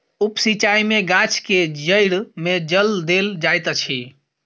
उप सिचाई में गाछ के जइड़ में जल देल जाइत अछि